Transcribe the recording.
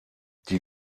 die